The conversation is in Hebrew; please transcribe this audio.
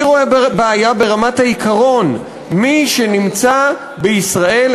אני רואה בעיה ברמת העיקרון: מי שנמצא בישראל,